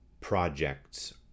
projects